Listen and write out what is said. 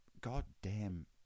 goddamn